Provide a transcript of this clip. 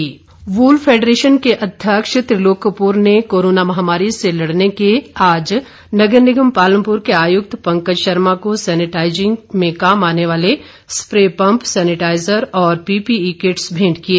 Trilok Kapoor wool federation के अध्यक्ष त्रिलोक कपूर ने कोरोना महामारी से लड़ने के आज नगर निगम पालमपुर के आयुक्त पंकज शर्मा को सेनिटाईजिंग में काम आने वाले स्प्रे पम्प सेनिटाईजर और पीपीई किटस भेंट किए